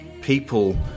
people